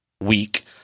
week